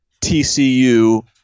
TCU